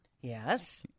Yes